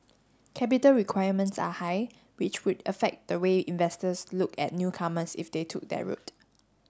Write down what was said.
capital requirements are high which would affect the way investors looked at newcomers if they took that route